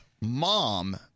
mom